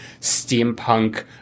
steampunk